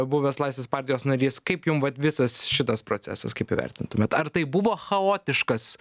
buvęs laisvės partijos narys kaip jum vat visas šitas procesas kaip įvertintumėt ar tai buvo chaotiškas